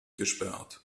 gesperrt